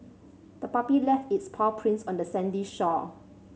the puppy left its paw prints on the sandy shore